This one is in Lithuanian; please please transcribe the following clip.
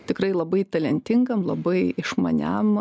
tikrai labai talentingam labai išmaniam